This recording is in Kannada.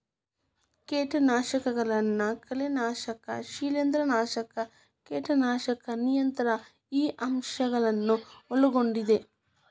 ಕೇಟನಾಶಕಗಳನ್ನು ಕಳೆನಾಶಕ ಶಿಲೇಂಧ್ರನಾಶಕ ಕೇಟನಾಶಕ ನಿಯಂತ್ರಣ ಈ ಅಂಶ ಗಳನ್ನು ಒಳಗೊಂಡಿದೆ